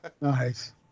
nice